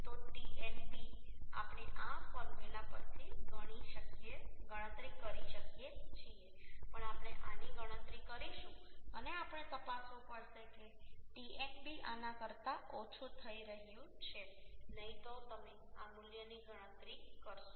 તો Tnb આપણે આ ફોર્મ્યુલા પરથી ગણતરી કરી શકીએ છીએ પણ આપણે આની ગણતરી કરીશું અને આપણે તપાસવું પડશે કે Tnb આના કરતા ઓછું થઈ રહ્યું છે નહીં તો તમે આ મૂલ્યની ગણતરી કરશો